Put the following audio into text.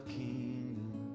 kingdom